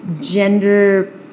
gender